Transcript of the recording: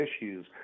issues